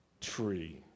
tree